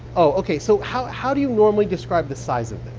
ok. so how how do you normally describe the size of